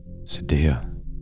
sadia